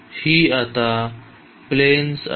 ही आता प्लेन्स आहेत